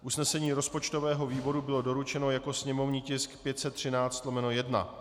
Usnesení rozpočtového výboru bylo doručeno jako sněmovní tisk 513/1.